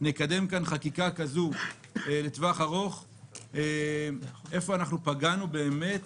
נקדם כאן חקיקה כזו לטווח ארוך איפה אנחנו פוגעים באמת